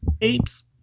Apes